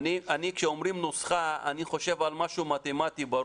כשאומרים "נוסחה" אני חושב על משהו מתמטי ברור.